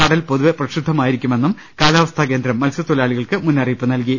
കടൽ പൊതുവെ പ്രക്ഷുബ്ധമായിരിക്കുമെന്നും കാലാവസ്ഥാകേന്ദ്രം മത്സ്യത്തൊഴിലാളികൾക്ക് മുന്നറിയിപ്പ് നൽകി